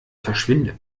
verschwinde